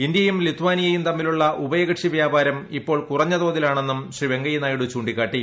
ഇന്ത്യയും ലിത്വാനിയയും തമ്മിലുള്ള ഉഭയകക്ഷി വ്യാപാരം ഇപ്പോൾ കുറഞ്ഞ തോതിലാണെന്നും ശ്രീ വെങ്കയ്യനായിഡു ചൂ ിക്കാട്ടി